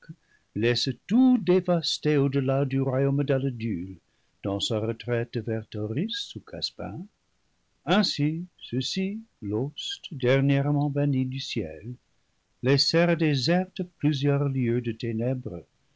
tout dévasté au-delà du royaume d'aladule dans sa retraite vers tauris ou casbin ainsi ceux-ci l'ost dernièrement banni du ciel laissèrent désertes plusieurs lieues de ténèbres